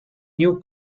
new